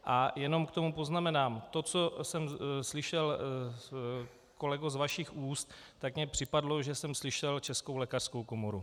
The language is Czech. A jenom k tomu poznamenám to, co jsem slyšel, kolego, z vašich úst, tak mi připadlo, že jsem slyšel Českou lékařskou komoru.